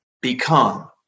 become